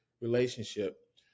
relationship